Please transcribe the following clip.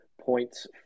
points